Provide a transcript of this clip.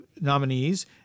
nominees